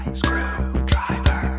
screwdriver